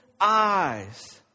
eyes